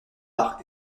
bar